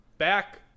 Back